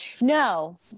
No